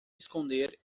esconder